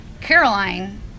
caroline